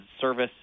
service